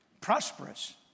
prosperous